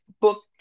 book